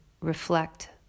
reflect